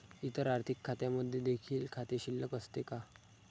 इतर आर्थिक खात्यांमध्ये देखील खाते शिल्लक असते का?